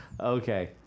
Okay